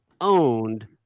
owned